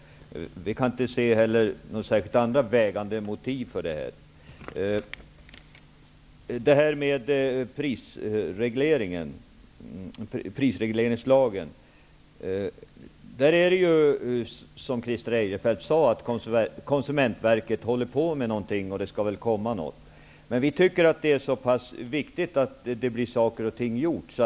Vi kan inte heller se några andra särskilt vägande motiv för detta. Som Christer Eirefelt sade med anledning av prisregleringslagen håller Konsumentverket på med en omarbetning. Resultatet kommer väl så småningom. Vi tycker att det är viktigt att saker och ting blir gjorda.